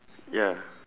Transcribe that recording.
ya